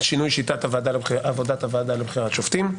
שינוי שיטת עבודת הוועדה לבחירת שופטים.